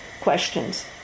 questions